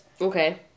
okay